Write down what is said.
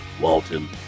Walton